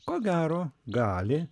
ko gero gali